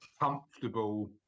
comfortable